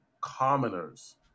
commoners